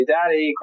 Daddy